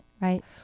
right